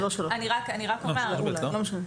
זה לא 3ב. לא משנה.